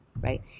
right